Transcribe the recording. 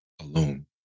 alone